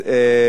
אל-בלד,